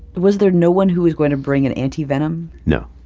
was there no one who was going to bring an anti-venom? no.